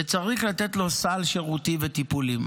וצריך לתת לו סל שירותים וטיפולים.